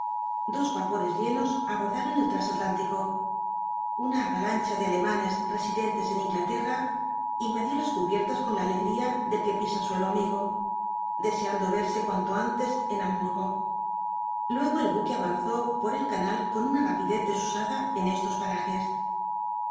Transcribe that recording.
dos vapores llenos abordaron al trasatlántico una avalancha de alemanes residentes en inglaterra invadió las cubiertas con la alegría del que pisa suelo amigo deseando verse cuanto antes en hamburgo luego el buque avanzó por el canal con una rapidez desusada en estos parajes